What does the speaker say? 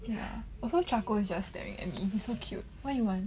ya also charcoal is just staring at me so cute what you want